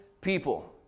people